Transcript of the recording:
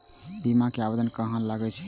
बीमा के आवेदन कहाँ लगा सके छी?